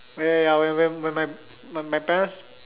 ya ya ya when when when my my parents